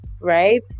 Right